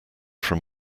from